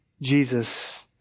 Jesus